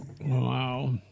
Wow